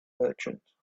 merchant